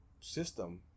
system